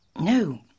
No